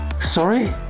Sorry